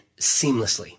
seamlessly